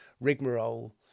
rigmarole